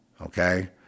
Okay